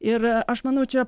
ir aš manau čia